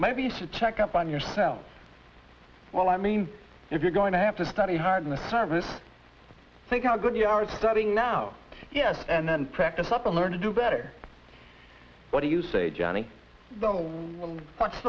maybe you should check up on yourself well i mean if you're going to have to study hard and harvest think how good you are studying now yes and then practice up on learn to do better what do you say johnny